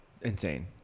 Insane